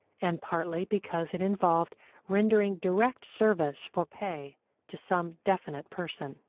and partly because it involved rendering direct service for pay to some definite person.